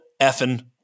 effing